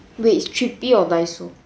wait it's Trippy or Daiso